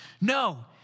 no